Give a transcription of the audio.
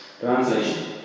Translation